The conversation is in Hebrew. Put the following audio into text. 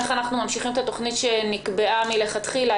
איך אנחנו ממשיכים את התוכנית שנקבעה מלכתחילה?